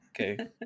Okay